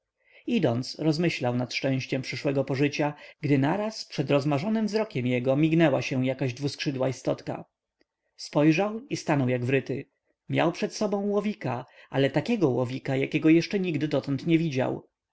idąc rozmyślał nad szczęściem przyszłego pożycia gdy naraz przed rozmarzonym wzrokiem jego mignęła się jakaś dwuskrzydła istotka spojrzał i stanął jak wryty miał przed sobą łowika ale takiego łowika jakiego jeszcze nigdy nie widział